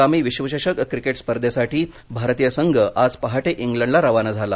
आगामी विश्वचषक क्रिकेट स्पर्धेसाठी भारतीय संघ आज पहाटे इंग्लंडला रवाना झाला